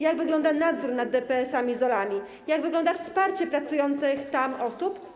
Jak wygląda nadzór nad DPS-ami i ZOL-ami, jak wygląda wsparcie pracujących tam osób?